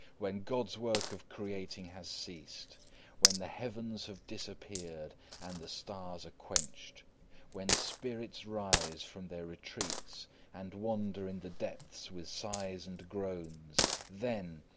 when god's work of creating has ceased when the heavens have disappeared and the stars are quenched when spirits rise from their retreats and wander in the depths with sighs and groans then,